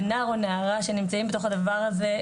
ונער או נערה שנמצאים בתוך הדבר הזה,